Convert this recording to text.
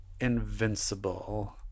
Invincible